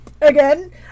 again